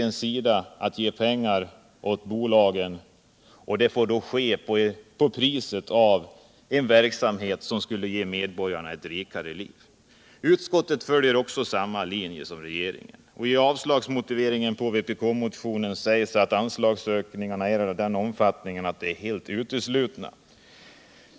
Den väljer att ge pengar åt bolagen, och det får då ske till priset av en verksamhet som skulle ge medborgarna ett rikare liv. Utskottet följer samma linje som regeringen, och i motiveringen till avslag på vpk-motionen står det att anslagsökningarna är av den omfattningen att de är helt uteslutna.